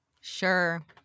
Sure